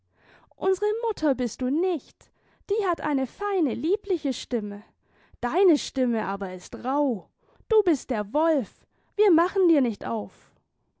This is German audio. unsere mutter bist du nicht die hat eine feine liebliche stimme deine stimme aber ist rauh du bist der wolf wir machen dir nicht auf